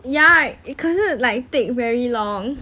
ya it 可是 like take very long